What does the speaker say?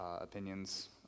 opinions